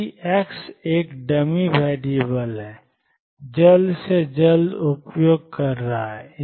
क्योंकि x एक dummy variable है xI जल्द से जल्द उपयोग कर रहा है